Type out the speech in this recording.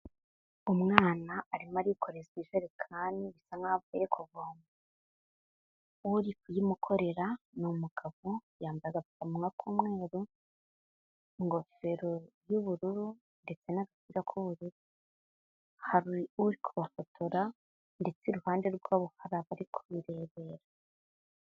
Umwana arimo arikoreza ijerekani, bisa nkaho avuye kuvoma. Uri kuyimukorera ni umugabo yambaye agapfukamunwa k'umweru, ingofero y'ubururu, ndetse n'agapira k'ubururu. Hari uri kubafotora, ndetse iruhande rwabo harira abari kubirebera.